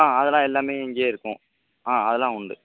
ஆ அதெல்லாம் எல்லாமே இங்கேய இருக்கும் ஆ அதெலாம் உண்டு